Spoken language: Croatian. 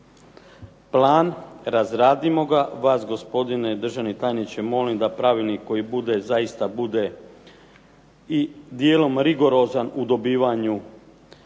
plan, razradimo ga, vas gospodine državni tajniče da pravilnik koji bude zaista bude i dijelom rigorozan u odobrenja